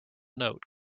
note